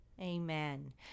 Amen